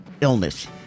illness